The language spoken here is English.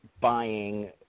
buying